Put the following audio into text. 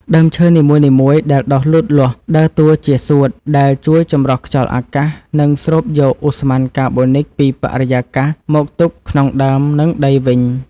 ដើមឈើនីមួយៗដែលដុះលូតលាស់ ដើរតួជា សួត ដែលជួយចម្រោះខ្យល់អាកាស និងស្រូបយកឧស្ម័នកាបូនិកពីបរិយាកាសមកទុកក្នុងដើម និងដីវិញ។